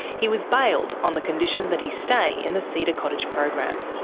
he was bailed on the condition that he stay in the cedar cottage program.